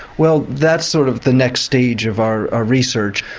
well that's sort of the next stage of our ah research.